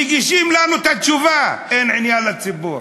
מגישים לנו את התשובה: אין עניין לציבור.